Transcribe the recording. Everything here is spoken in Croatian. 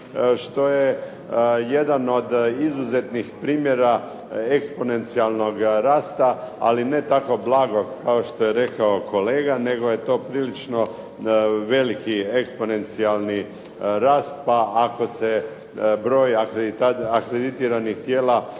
što je jedan od izuzetnih primjera eksponencijalnog rasta, ali ne tako blagog kao što je rekao kolega nego je to prilično veliki eksponencijalni rast pa ako se broj akreditiranih tijela